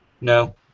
No